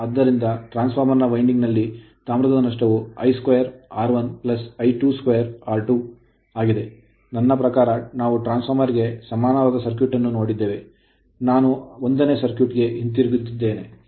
ಆದ್ದರಿಂದ transformer winding ನಲ್ಲಿ ತಾಮ್ರದ ನಷ್ಟವು I2 2 R1 I22 R2 ಆಗಿದೆ ನನ್ನ ಪ್ರಕಾರ ನಾವು ಟ್ರಾನ್ಸ್ ಫಾರ್ಮರ್ ಗೆ ಸಮಾನವಾದ ಸರ್ಕ್ಯೂಟ್ ಅನ್ನು ನೋಡಿದ್ದೇವೆ ಮತ್ತು ನಾನು 1 ನೇ ಸರ್ಕ್ಯೂಟ್ ಗೆ ಹಿಂತಿರುಗುತ್ತಿದ್ದೇನೆ